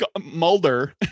Mulder